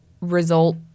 result